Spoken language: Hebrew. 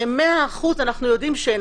100% אנו יודעים שאין.